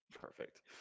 Perfect